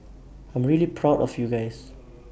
I'm really proud of you guys